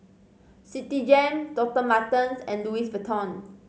Citigem Doctor Martens and Louis Vuitton